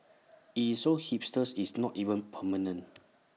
IT is so hipsters is not even permanent